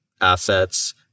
assets